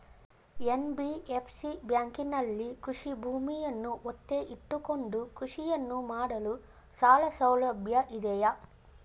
NBFC ಬ್ಯಾಂಕಿನಲ್ಲಿ ಕೃಷಿ ಭೂಮಿಯನ್ನು ಒತ್ತೆ ಇಟ್ಟುಕೊಂಡು ಕೃಷಿಯನ್ನು ಮಾಡಲು ಸಾಲಸೌಲಭ್ಯ ಇದೆಯಾ?